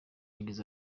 yagize